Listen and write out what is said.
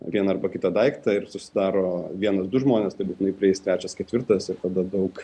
vieną arba kitą daiktą ir susidaro vienas du žmonės tai būtinai prieis trečias ketvirtas ir tada daug